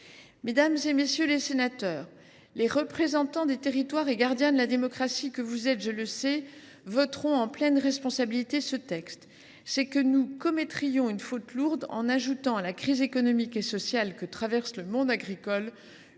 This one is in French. Mesdames, messieurs les sénateurs, les représentants des territoires et gardiens de la démocratie que vous êtes voteront en pleine responsabilité. En effet, nous commettrions une faute lourde en ajoutant à la crise économique et sociale qui traverse le monde agricole